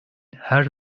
her